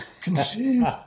consume